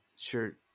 sure